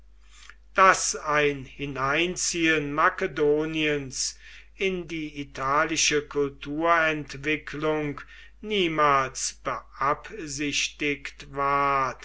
daß ein hineinziehen makedoniens in die italische kulturentwicklung niemals beabsichtigt ward